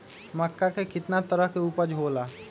मक्का के कितना तरह के उपज हो ला?